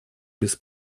без